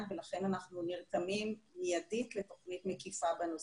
ולכן אנחנו נרתמים מיידית לתוכנית מקיפה בנושא.